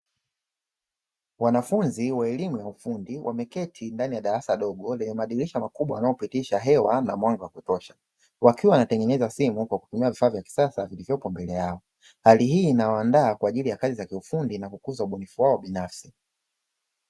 Wanafunzi wa elimu ya ufundi wameketi ndani ya darasa dogo lenye madirisha makubwa yanayopitisha hewa na mwanga wa kutosha, wakiwa wanatengeneza simu kwa kutumia vifaa vya kisasa vilivyopo mbele yao. Hali hii inawaandaa kwa ajili ya kazi za kiufundi na kukuza ubunifu wao binafsi.